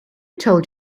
told